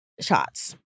shots